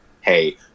hey